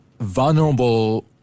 vulnerable